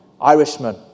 Irishman